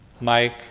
Mike